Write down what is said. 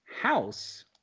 house